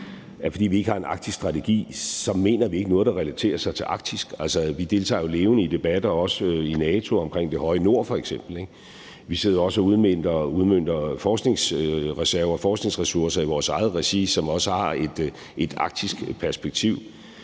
fordi vi ikke har en arktisk strategi, mener vi ikke noget om noget, der relaterer sig til Arktis. Vi deltager levende i debatter, også i NATO, f.eks. omkring det høje nord. Vi sidder også og udmønter forskningsreserver og forskningsressourcer i vores eget regi, som også har et arktisk perspektiv.